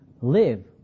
live